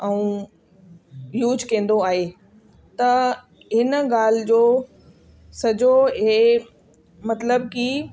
ऐं यूज कंदो आहे त हिन ॻाल्हि जो सॼो हे मतिलबु की